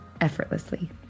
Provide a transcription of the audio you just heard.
effortlessly